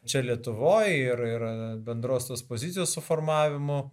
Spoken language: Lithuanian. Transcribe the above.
čia lietuvoje ir yra bendrosios pozicijos suformavimo